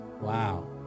Wow